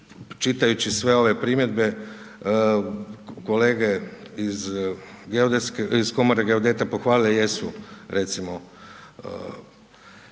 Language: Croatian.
čitajući sve ove primjedbe, kolege iz Komore geodeta pohvalile jesu, recimo,